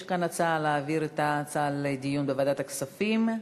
יש כאן הצעה להעביר את ההצעה לדיון בוועדת הכספים.